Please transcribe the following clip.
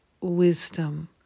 wisdom